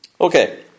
Okay